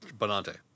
Bonante